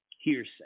hearsay